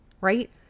right